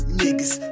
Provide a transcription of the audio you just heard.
niggas